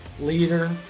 leader